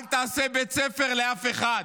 אלעזר שטרן (יש עתיד): אל תעשה בית ספר לאף אחד.